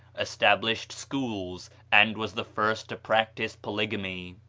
established schools, and was the first to practise polygamy.